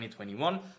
2021